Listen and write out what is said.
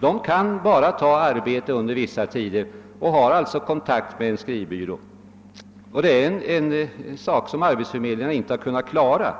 De kan bara ta arbete under vissa tider och har därför kontakt med en skrivbyrå. Att tillgodose deras behov är en uppgift som arbetsförmedlingarna inte kan klara.